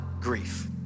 grief